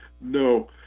No